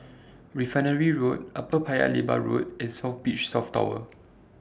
Refinery Road Upper Paya Lebar Road and South Beach South Tower